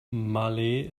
malé